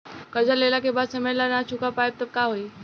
कर्जा लेला के बाद समय से ना चुका पाएम त का होई?